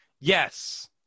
Yes